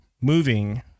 moving